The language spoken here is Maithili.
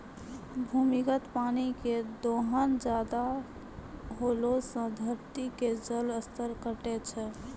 भूमिगत पानी के दोहन ज्यादा होला से धरती के जल स्तर घटै छै